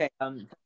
okay